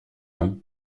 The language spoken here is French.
nom